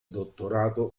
dottorato